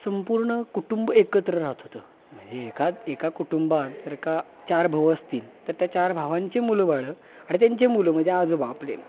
संपूर्ण कुटुंब एकत्र राहत होतं म्हणजे एका एका कुटुंबात जर का चार भाऊ असतील तर त्या चार भावांचे मुलं वाळं आणि त्यांचे मुलं म्हणजे आजोबा आपले